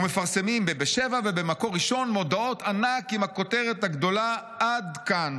ומפרסמים ב'בשבע' וב'מקור ראשון' מודעות ענק עם כותרת גדולה: 'עד כאן'.